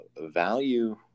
value